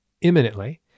imminently